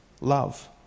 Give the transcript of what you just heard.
love